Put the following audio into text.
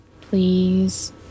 Please